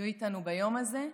יהיו איתנו ביום הזה.